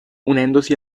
unendosi